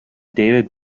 david